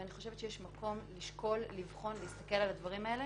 ויש מקום לשקול ולבחון ולהסתכל על הדברים האלה.